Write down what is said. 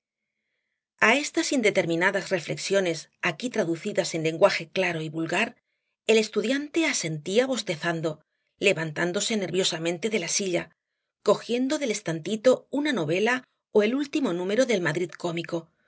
estas indeterminadas reflexiones aquí traducidas en lenguaje claro y vulgar el estudiante asentía bostezando levantándose nerviosamente de la silla cogiendo del estantito una novela ó el último número del madrid cómico